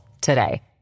today